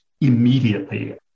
immediately